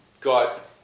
got